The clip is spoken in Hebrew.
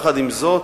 עם זאת,